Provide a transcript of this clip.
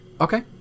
Okay